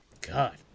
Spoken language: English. God